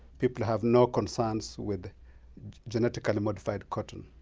people have no concerns with genetically modified cotton.